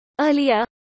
Earlier